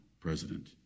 president